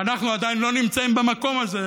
ואנחנו עדיין לא נמצאים במקום הזה,